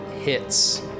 hits